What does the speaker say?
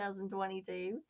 2022